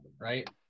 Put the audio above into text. right